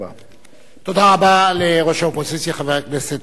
תודה רבה לראש האופוזיציה, חבר הכנסת שאול מופז.